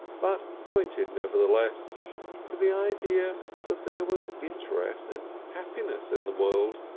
but pointed nevertheless to the idea that there was interest and happiness in the world.